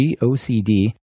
gocd